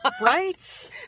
Right